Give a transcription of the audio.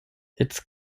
its